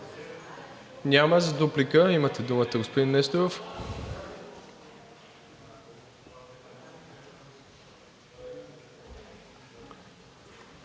Няма. За дуплика имате думата, господин Несторов.